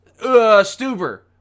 Stuber